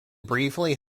briefly